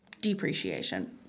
Depreciation